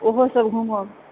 ओहो सब घुमब